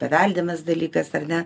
paveldimas dalykas ar ne